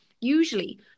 Usually